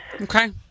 Okay